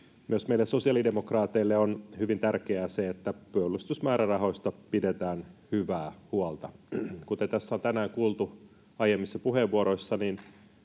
sosiaalidemokraateille on hyvin tärkeää se, että puolustusmäärärahoista pidetään hyvää huolta. Kuten tässä on tänään kuultu aiemmissa puheenvuoroissa,